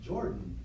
Jordan